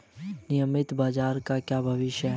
नियमित बाजार का भविष्य क्या है?